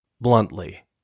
bluntly